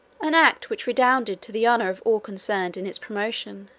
an act which redounded to the honour of all concerned in its promotion,